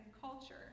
culture